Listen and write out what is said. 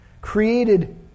created